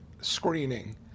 screening